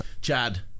Chad